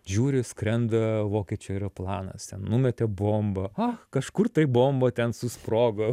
žiūri skrenda vokiečių aeroplanas ten numetė bombą kažkur tai bomba ten susprogo